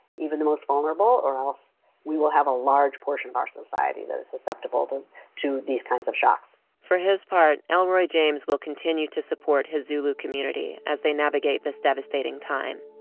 even the most vulnerable, or else we will have a large portion of our society that is susceptible to to these kinds of shocks for his part, elroy james will continue to support his zulu community as they navigate this devastating time.